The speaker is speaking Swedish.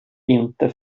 inte